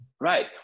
Right